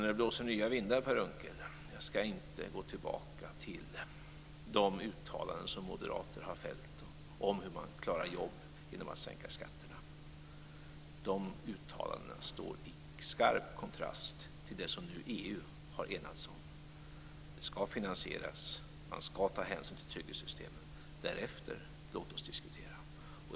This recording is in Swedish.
När det blåser nya vindar, Per Unckel - jag skall inte gå tillbaka till de uttalanden som moderater har fällt om hur man klarar jobb genom att sänka skatterna - står de uttalandena i skarp kontrast till det som EU nu har enats om: Det skall finansieras. Man skall ta hänsyn till trygghetssystemen. Därefter? Ja, låt oss diskutera det!